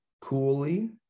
coolly